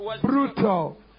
brutal